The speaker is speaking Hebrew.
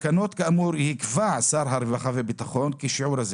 "בתקנות כאמור יקבע שר הרווחה והביטחון החברתי כי שיעור",